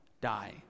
die